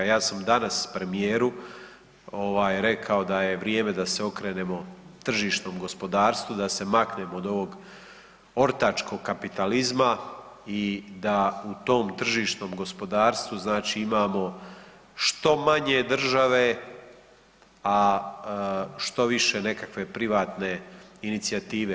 Ja sam danas premijeru rekao da je vrijeme da se okrenemo tržišnom gospodarstvu, da se maknemo od ovog ortačkog kapitalizma i da u tom tržišnom gospodarstvu znači imamo što manje države, što više nekakve privatne inicijative.